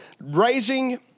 raising